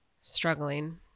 struggling